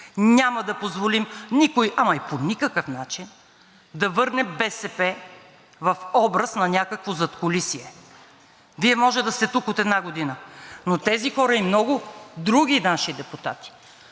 Няма да позволим никой по никакъв начин да върне БСП в образ на някакво задкулисие. Вие може да сте тук от една година, но тези хора и много други наши депутати